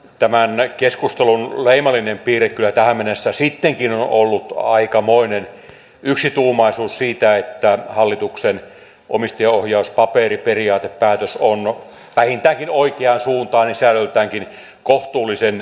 tämän keskustelun leimallinen piirre kyllä tähän mennessä sittenkin on ollut aikamoinen yksituumaisuus siitä että hallituksen omistajaohjauspaperi periaatepäätös on vähintäänkin oikeansuuntainen ja sisällöltäänkin kohtuullisen hyvä